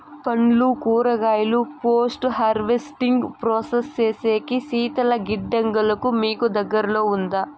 పండ్లు కూరగాయలు post harvesting process సేసేకి శీతల గిడ్డంగులు మీకు దగ్గర్లో ఉందా?